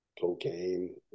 cocaine